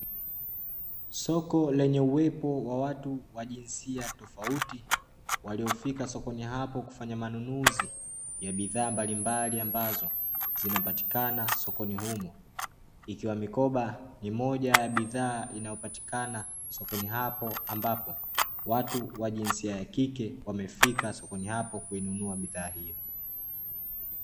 Soko lenye uwepo wa watu wa jinsia tofauti, waliofika sokoni hapo kufanya manunuzi ya bidhaa mbalimbali ambazo, zinapatikana sokoni humo, ikiwa mikoba ni moja ya bidhaa inayopatikana sokoni hapo ambapo, watu wa jinsia ya kike wamefika sokoni hapo kuinunua bidhaa hio.